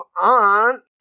on